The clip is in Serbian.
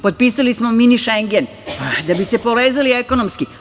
Potpisali smo Mini šengen, da bi se povezali ekonomski.